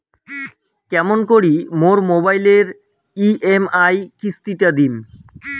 কেমন করি মোর মোবাইলের ই.এম.আই কিস্তি টা দিম?